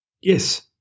Yes